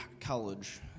college